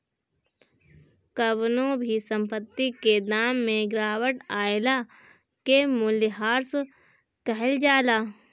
कवनो भी संपत्ति के दाम में गिरावट आइला के मूल्यह्रास कहल जाला